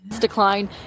decline